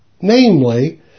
namely